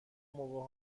موقع